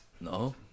No